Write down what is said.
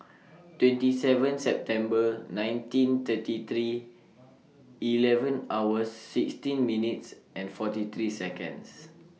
twenty seven September nineteen thirty three eleven hour sixteen minutes and forty three Seconds